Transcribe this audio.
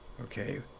okay